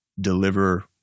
deliver